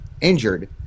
injured